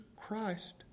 Christ